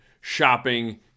shopping